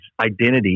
identity